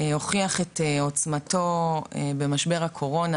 הוכיח את עוצמתו במשבר הקורונה,